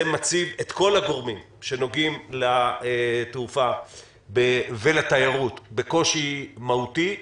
זה מציב את כל הגורמים שנוגעים לתעופה ולתיירות בקושי מהותי,